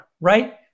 right